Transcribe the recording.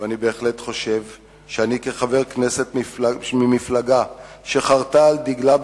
ואני בהחלט חושב שאני חבר הכנסת ממפלגה שחרתה על דגלה,